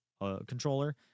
controller